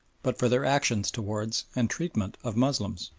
but for their actions towards and treatment of moslems.